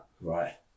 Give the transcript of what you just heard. Right